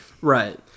Right